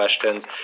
questions